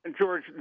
George